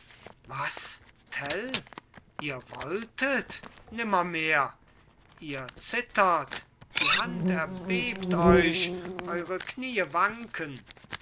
was tell ihr wolltet nimmermehr ihr zittert die hand erbebt euch eure kniee wanken